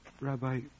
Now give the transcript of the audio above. Rabbi